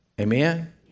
Amen